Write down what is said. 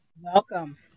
Welcome